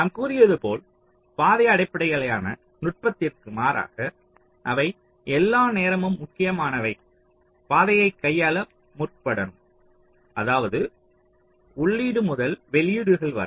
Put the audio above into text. நாம் கூறியது போல் பாதை அடிப்படையிலான நுட்பத்திற்கு மாறாக அவை எல்லா நேரமும் முக்கியமான பாதையை கையாள முற்படணும் அதாவது உள்ளீடு முதல் வெளியீடுகள் வரை